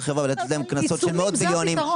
החברה ולתת להן קנסות של מאות מיליונים.